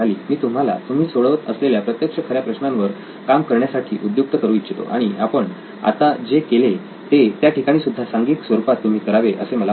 मी तुम्हाला तुम्ही सोडवत असलेल्या प्रत्यक्ष खऱ्या प्रश्नांवर काम करण्यासाठी उद्युक्त करू इच्छितो आणि आपण आत्ता जे केले ते त्या ठिकाणी सुद्धा सांघिक स्वरूपात तुम्ही करावे असे मला वाटते